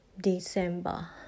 December